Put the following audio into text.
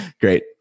Great